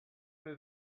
her